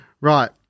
right